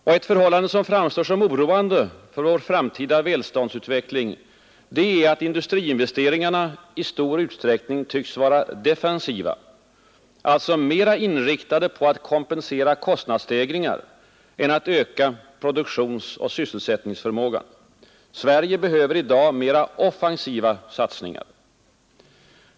Och ett förhållande som framstår som oroande för vår framtida välståndsutveckling är att industriinvesteringarna i stor utsträckning tycks vara defensiva — alltså mer inriktade på att kompensera kostnadsstegringar än på att öka produktionsoch sysselsättningsförmågan. Sverige behöver i dag mera offensiva satsningar.